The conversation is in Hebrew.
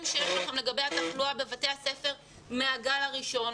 שיש לכם לגבי התחלואה בבתי הספר מהגל הראשון,